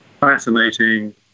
fascinating